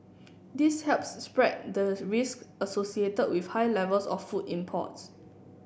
this helps spread the risk associated with high levels of food imports